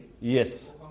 Yes